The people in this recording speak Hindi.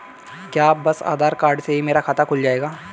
क्या बस आधार कार्ड से ही मेरा खाता खुल जाएगा?